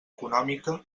econòmica